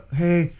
hey